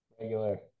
Regular